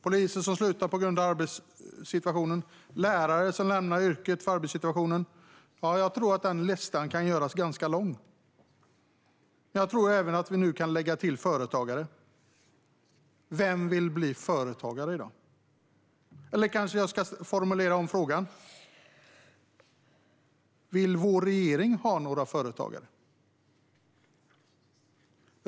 Poliser slutar på grund av arbetssituationen. Lärare lämnar yrket på grund av arbetssituationen. Jag tror att listan kan göras ganska lång. Jag tror även att vi nu kan lägga till företagare. Vem vill bli företagare i dag? Eller jag kanske ska formulera om frågan: Vill vår regering ha några företagare?